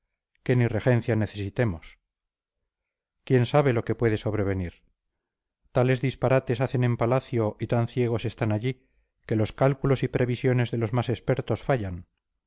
que ni regencia necesitemos quién sabe lo que puede sobrevenir tales disparates hacen en palacio y tan ciegos están allí que los cálculos y previsiones de los más expertos fallan